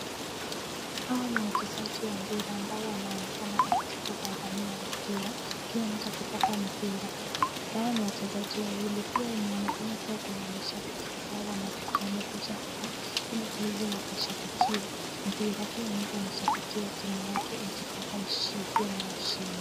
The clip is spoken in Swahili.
Hawa ni wachezaji wa mpira ambao wanaonekana kabisa kungangania mpira kila mtu akitaka mpira. Hawa ni wachezaji wawili pia inaonekana kuwa kuna mashabiki. Hao wamekuja hapa ili waweze wakashabikia mpira. Kila mtu anashabikia timu yake ikitaka ikue na ushindi.